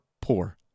poor